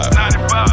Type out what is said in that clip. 95